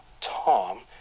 Tom